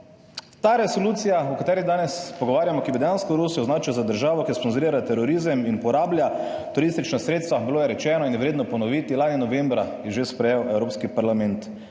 Ta resolucija, o kateri danes se pogovarjamo, ki bi dejansko Rusijo označila za državo, ki sponzorira terorizem in uporablja turistična sredstva, bilo je rečeno in je vredno ponoviti, lani novembra je že sprejel Evropski parlament.